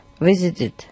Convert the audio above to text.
visited